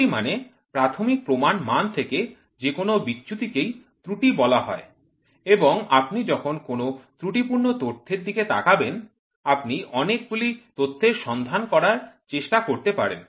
ত্রুটি মানে প্রাথমিক প্রমাণ মান থেকে যেকোন বিচ্যুতিকেই ত্রুটি বলা হয় এবং আপনি যখন কোনো ত্রুটিপূর্ণ তথ্যের দিকে তাকাবেন আপনি অনেকগুলি তথ্যের সন্ধান করার চেষ্টা করতে পারেন